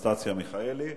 הצעות לסדר-היום שמספרן 4699,